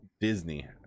disney